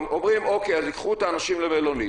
אומרים: אוקיי, אז ייקחו את האנשים למלונית.